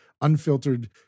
unfiltered